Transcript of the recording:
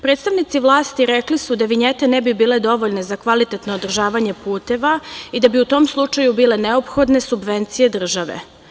Predstavnici vlasti rekli su da vinjete ne bi bile dovoljne za kvalitetno održavanje puteva i da bi u tom slučaju bile neophodne subvencije države.